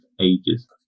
ages